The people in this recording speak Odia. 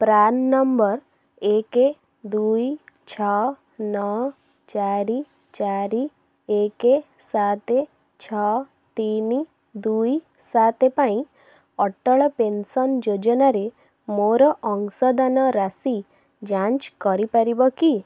ପ୍ରାନ୍ ନମ୍ବର ଏକ ଦୁଇ ଛଅ ନଅ ଚାରି ଚାରି ଏକ ସାତ ଛଅ ତିନି ଦୁଇ ସାତ ପାଇଁ ଅଟଳ ପେନ୍ସନ୍ ଯୋଜନାରେ ମୋର ଅଂଶଦାନ ରାଶି ଯାଞ୍ଚ କରିପାରିବ କି